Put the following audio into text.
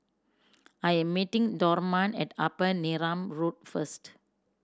I am meeting Dorman at Upper Neram Road first